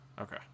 Okay